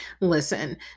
listen